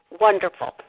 wonderful